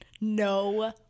No